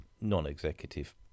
non-executive